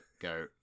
go